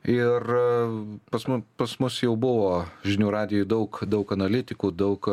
ir pas mu pas mus jau buvo žinių radijuj daug daug analitikų daug